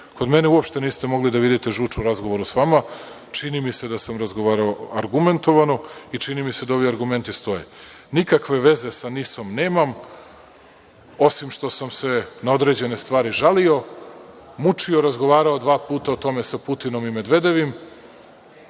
Kod mene uopšte niste mogli da vidite žuč u razgovoru sa vama. Čini mi se da sam razgovarao argumentovano i čini mi se da ovi argumenti stoje. Nikakve veze sa NIS nemam, osim što sam se na određene stvari žalio, mučio, razgovarao dva puta o tome sa Putinom i Medvedevim,